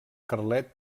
carlet